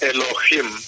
Elohim